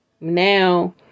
Now